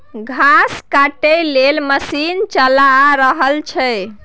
घास काटय लेल मशीन चला रहल छै